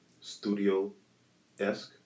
studio-esque